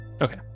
Okay